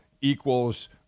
equals